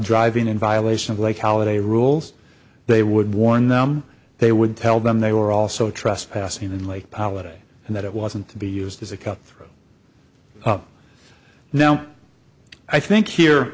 driving in violation of like holiday rules they would warn them they would tell them they were also trespassing and like politics and that it wasn't to be used as a cup throw up now i think here